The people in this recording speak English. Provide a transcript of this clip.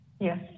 Yes